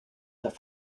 have